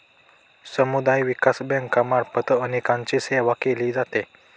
समुदाय विकास बँकांमार्फत अनेकांची सेवा केली जाते